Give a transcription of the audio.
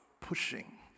pushing